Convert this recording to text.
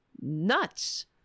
nuts